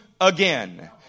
again